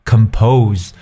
Compose